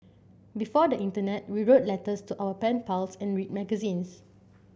before the internet we wrote letters to our pen pals and read magazines